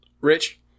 Rich